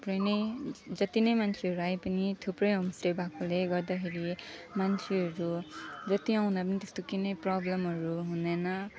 थुप्रै नै जति नै मान्छेहरू आए पनि थुप्रै होम स्टे भएकोले गर्दाखेरि मान्छेहरू जति आउँदा पनि त्यस्तो कुनै प्रबलमहरू हुँदैन